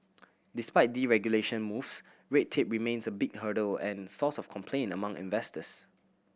despite deregulation moves red tape remains a big hurdle and source of complaint among investors